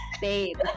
babe